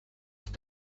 have